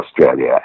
Australia